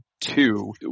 Two